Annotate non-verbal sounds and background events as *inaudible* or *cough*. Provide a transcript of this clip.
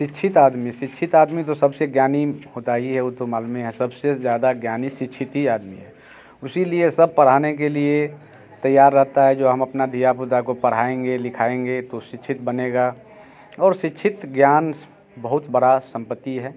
शिक्षित आदमी शिक्षित आदमी तो सबसे ज्ञानी होता है यह वो तो मालूम ही है सबसे ज़्यादा ज्ञानी शिक्षित ही आदमी है इसीलिए सब पढ़ाने के लिए तैयार रहता है जो हम अपना *unintelligible* को पढ़ाएँगे लिखाएँगे तो शिक्षित बनेगा और शिक्षित ज्ञान बहुत बड़ा संपत्ति है